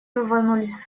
рванулись